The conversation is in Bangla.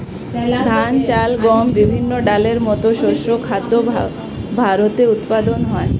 ধান, চাল, গম, বিভিন্ন ডালের মতো শস্য খাদ্য ভারতে উৎপাদন হয়